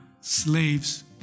slaves